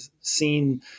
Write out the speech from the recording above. seen